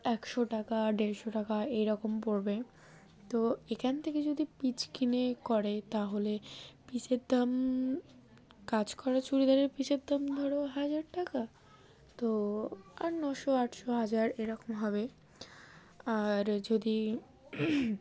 একশো টাকা দেড়শো টাকা এইরকম পড়বে তো এখান থেকে যদি পিস কিনে করে তাহলে পিসের দাম কাজ করা চুড়িদারের পিসের দাম ধরো হাজার টাকা তো আর নশো আটশো হাজার এরকম হবে আর যদি